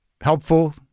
helpful